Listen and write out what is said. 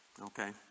Okay